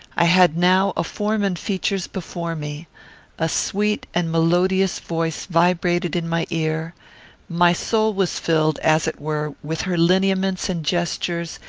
i had now a form and features before me a sweet and melodious voice vibrated in my ear my soul was filled, as it were, with her lineaments and gestures,